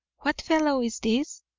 what fellow is this?